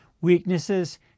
weaknesses